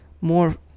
more